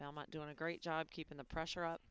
belmont doing a great job keeping the pressure up